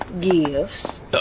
gifts